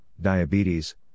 diabetes